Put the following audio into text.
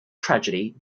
tragedy